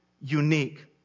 unique